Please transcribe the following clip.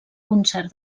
concert